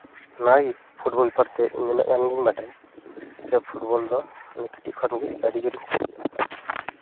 ᱚᱱᱟ ᱜᱮ ᱯᱷᱩᱴᱵᱚᱞ ᱵᱮᱯᱟᱨ ᱛᱮ ᱤᱧ ᱤᱱᱟᱹᱜ ᱜᱟᱱ ᱜᱤᱧ ᱵᱟᱰᱟᱭᱟ ᱥᱮ ᱯᱷᱩᱴᱵᱚᱞ ᱫᱚ ᱤᱧ ᱠᱟᱹᱴᱤᱡ ᱠᱷᱚᱱᱜᱮ ᱟᱹᱰᱤ ᱡᱳᱨᱤᱧ ᱠᱩᱥᱤᱭᱟᱜᱼᱟ